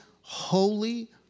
holy